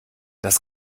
das